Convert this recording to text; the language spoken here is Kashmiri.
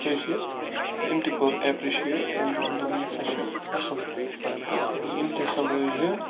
خٲصیت تہٕ أمۍ تہِ کوٚر ایٚپرِشِییٹ أمۍ تہِ ووٚن دۄپُن ہے سۄ چھِ اصل تہٕ أمۍ تہِ ہَسا لٲج یہِ